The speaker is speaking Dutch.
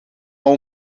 maar